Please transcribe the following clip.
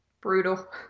Brutal